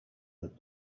that